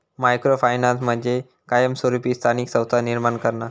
micro finance म्हणजे कायमस्वरूपी स्थानिक संस्था निर्माण करणा